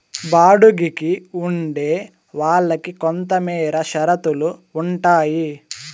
బాడుగికి ఉండే వాళ్ళకి కొంతమేర షరతులు ఉంటాయి